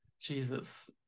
Jesus